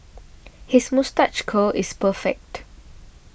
his moustache curl is perfect